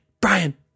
Brian